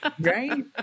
right